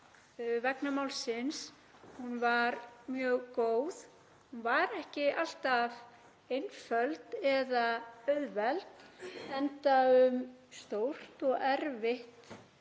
vegna málsins var mjög góð. Hún var ekki alltaf einföld eða auðveld, enda um stórt og erfitt